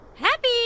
Happy